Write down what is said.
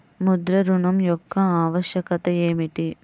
ముద్ర ఋణం యొక్క ఆవశ్యకత ఏమిటీ?